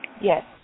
Yes